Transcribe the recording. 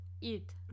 eat